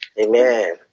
Amen